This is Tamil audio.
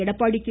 எடப்பாடி கே